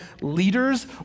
leaders